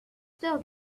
still